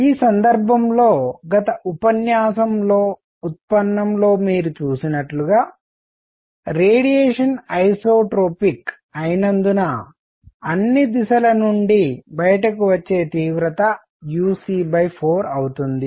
ఈ సందర్భంలో గత ఉపన్యాసంలో ఉత్పన్నంలో మీరు చూసినట్లుగా రేడియేషన్ ఐసోట్రాఫిక్ సమధర్మి అయినందున అన్ని దిశల నుండి బయటకు వచ్చే తీవ్రత uc 4 అవుతుంది